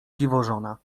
dziwożona